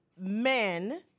men